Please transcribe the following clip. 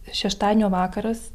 šeštadienio vakaras